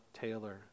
Taylor